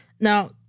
Now